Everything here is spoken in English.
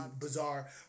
bizarre